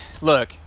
look